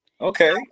Okay